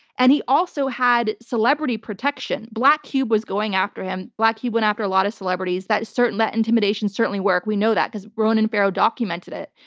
and he also had celebrity protection. black cube was going after him. black cube went after a lot of celebrities. that intimidation certainly worked. we know that because ronan farrow documented it.